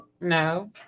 No